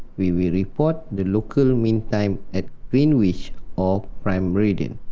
we will report the local mean time at greenwich or prime meridian.